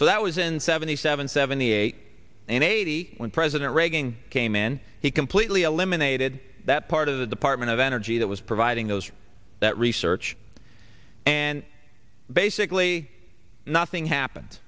so that was in seventy seven seventy eight and eighty when president reagan came in he completely eliminated that part of the department of energy that was providing those that research and basically nothing happened